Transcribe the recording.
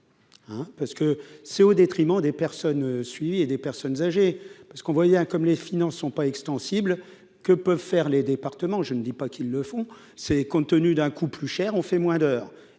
parce que c'est au détriment des personnes suivies et des personnes âgées, parce qu'on voyait, hein, comme les finances ne sont pas extensibles que peuvent faire les départements, je ne dis pas qu'ils le font, c'est compte tenu d'un coup plus cher, on fait moins d'heures